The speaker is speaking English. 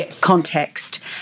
context